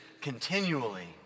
continually